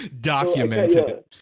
Documented